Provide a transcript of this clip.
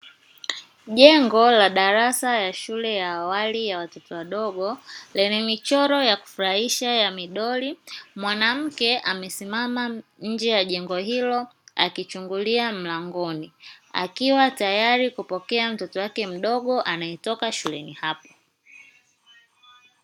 Jengo la darasa ya shule ya awali ya watoto wadogo lenye michoro ya kufurahisha ya midoli, mwanamke amesimama nje ya jengo hilo akichungulia mlangoni, akiwa tayari kupokea mtoto wake mdogo anayetoka shuleni hapo.